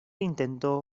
intento